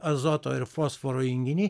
azoto ir fosforo junginiai